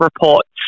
reports